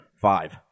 five